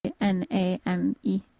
N-A-M-E